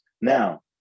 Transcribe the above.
Now